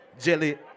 Jelly